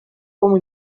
como